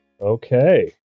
Okay